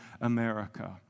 America